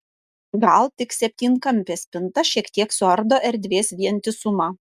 gal tik septynkampė spinta šiek tiek suardo erdvės vientisumą